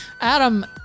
Adam